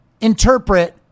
interpret